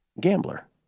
Gambler